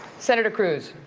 senator cruz,